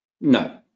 No